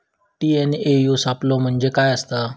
TNAU सापलो म्हणजे काय असतां?